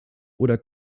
oder